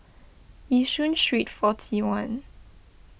Yishun Street forty one